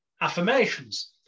affirmations